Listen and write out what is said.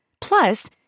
Plus